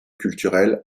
culturel